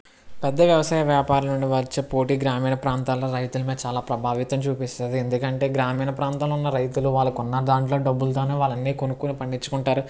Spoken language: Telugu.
పెద్ద వ్యవసాయ వ్యాపారులనుండి వచ్చే పోటీ గ్రామీణ ప్రాంతాల్లో రైతుల మీద చాలా ప్రభావితం చూపిస్తుంది ఎందుకంటే గ్రామీణ ప్రాంతంలో ఉన్న రైతులు వాళ్ళకి ఉన్న దాంట్లో ఉన్న డబ్బులతోనే వాళ్ళన్నీ కొనుక్కోని పండించుకుంటారు